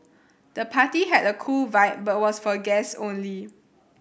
the party had a cool vibe but was for guests only